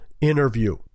interview